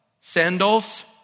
sandals